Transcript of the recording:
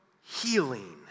healing